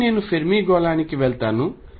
మళ్లీ నేను ఫెర్మి గోళానికి వెళ్తాను